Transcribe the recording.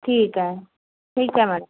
ठीक आहे ठीक आहे मॅडम